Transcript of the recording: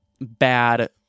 bad